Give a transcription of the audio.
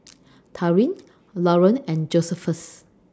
Taurean Lauren and Josephus